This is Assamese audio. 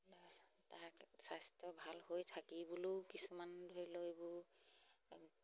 তাক স্বাস্থ্য ভাল হৈ থাকিবলেও কিছুমান ধৰি লওক এইবোৰ